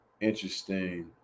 interesting